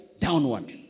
downward